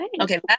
Okay